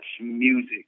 music